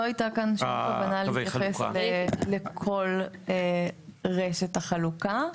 לא הייתה כאן שום כוונה להתייחס לכל רשת החלוקה.